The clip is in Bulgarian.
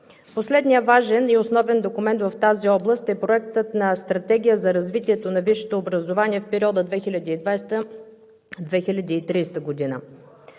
Последният важен и основен документ в тази област е Проектът на стратегия за развитието на висшето образование в периода 2020 – 2030 г.